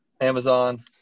Amazon